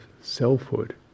selfhood